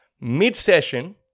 mid-session